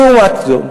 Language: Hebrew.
לא רק זו.